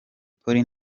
polly